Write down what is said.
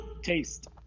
Taste